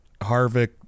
Harvick